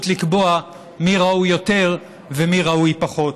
לקבוע מי ראוי יותר ומי ראוי פחות.